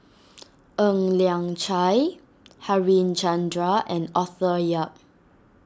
Ng Liang Chiang Harichandra and Arthur Yap